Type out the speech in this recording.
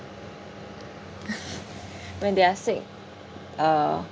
when they are sick uh